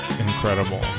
incredible